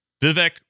Vivek